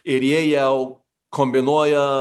ir jie jau kombinuoja